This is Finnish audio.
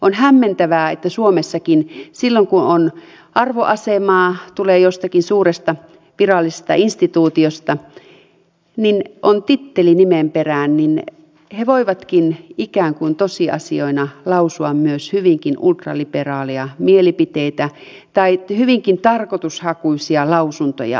on hämmentävää että suomessakin silloin kun on arvoasemaa tulee jostakin suuresta virallisesta instituutiosta on titteli nimen perään voikin ikään kuin tosiasioina lausua myös hyvin ultraliberaaleja mielipiteitä tai hyvinkin tarkoitushakuisia lausuntoja antaa